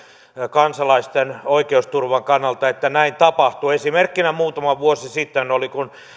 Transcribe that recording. kansalaisten oikeusturvan kannalta että näin tapahtuu esimerkkinä muutama vuosi sitten oli kun